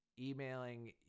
emailing